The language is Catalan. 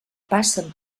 passen